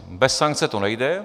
Bez sankce to nejde.